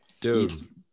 dude